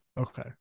Okay